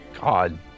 God